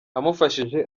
abamufashije